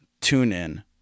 TuneIn